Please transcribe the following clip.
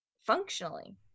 functionally